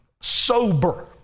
sober